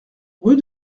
rue